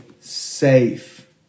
safe